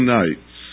nights